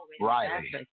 Riley